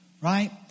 right